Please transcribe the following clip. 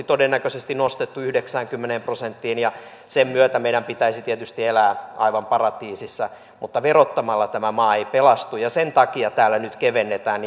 todennäköisesti nostettu yhdeksäänkymmeneen prosenttiin ja sen myötä meidän pitäisi tietysti elää aivan paratiisissa mutta verottamalla tämä maa ei pelastu ja sen takia täällä nyt kevennetään